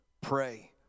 pray